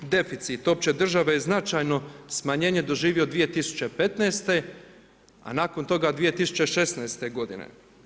Deficit opće države je značajno smanjenje doživio 2015., a nakon toga 2016. godine.